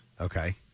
Okay